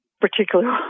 particular